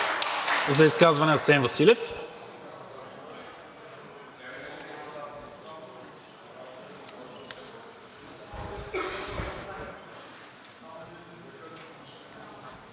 За изказване – Асен Василев.